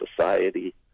Society